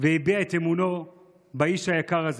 והביע את אמונו באיש היקר הזה.